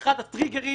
אחד הטריגרים